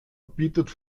bietet